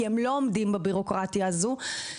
כי הם לא עומדים בבירוקרטיה הזו,